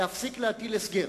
להפסיק להטיל הסגר.